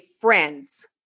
friends